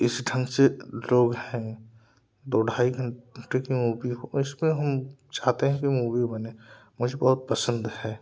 इस ढंग से लोग हैं दो ढाई घंटे के मूवी उसमें हम चाहते हैं कि मूवी बने मुझे बहुत पसंद है